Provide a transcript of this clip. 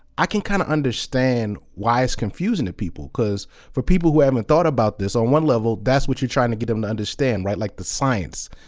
i can kind of understand why it's confusing to people because for people who haven't thought about this, on one level that's what you're trying to get them to understand, right? like, the science,